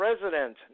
president